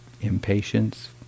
impatience